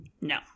No